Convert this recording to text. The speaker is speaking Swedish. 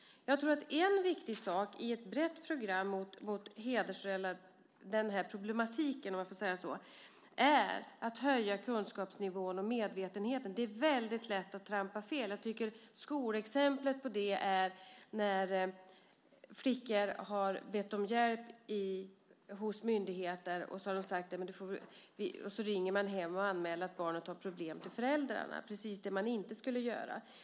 Jag tror att en viktig sak i ett brett program mot den här problematiken, om jag får säga så, är att höja kunskapsnivån och medvetenheten. Det är väldigt lätt att trampa fel. Jag tycker att skolexemplet på det är när flickor har bett om hjälp hos myndigheter, och så ringer man hem till föräldrarna och anmäler att barnet har problem - precis det man inte skulle göra.